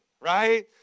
right